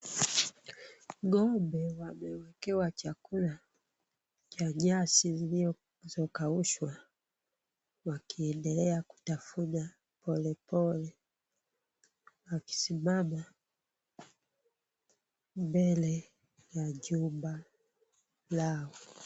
Ng'ombe wameekewa chakula cha nyasi zilizokaushwa. Wakiendelea kutafuna polepole wakisimama mbele ya jumba lao.